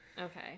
Okay